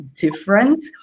different